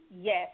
yes